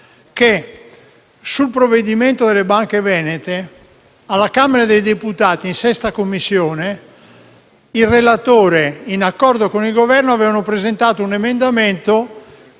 che sul provvedimento delle banche venete alla Camera dei deputati in Commissione VI il relatore, in accordo con il Governo, aveva presentato un emendamento